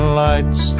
lights